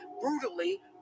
brutally